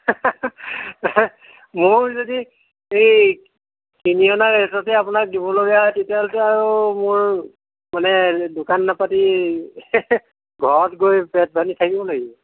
মোৰ যদি এই কিনি অনা ৰেটতে আপোনাক দিবলগীয়া হয় তেতিয়াহ'লেতো আৰু মোৰ মানে দোকান নাপাতি ঘৰত গৈ পেট বান্ধি থাকিব লাগিব